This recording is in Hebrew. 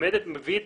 שמביא את